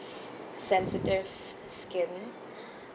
sensitive skin